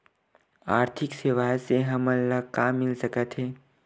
आर्थिक सेवाएं से हमन ला का मिल सकत हे?